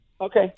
Okay